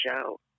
show